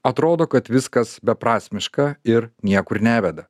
atrodo kad viskas beprasmiška ir niekur neveda